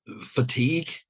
fatigue